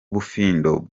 bufindo